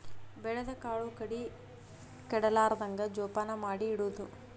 ಬೆಳದ ಕಾಳು ಕಡಿ ಕೆಡಲಾರ್ದಂಗ ಜೋಪಾನ ಮಾಡಿ ಇಡುದು